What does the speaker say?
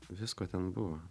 visko ten buvo